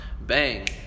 Bang